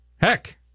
heck